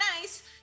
nice